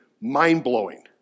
mind-blowing